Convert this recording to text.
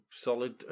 solid